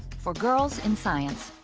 for girls in science.